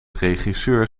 regisseur